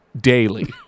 daily